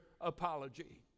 apology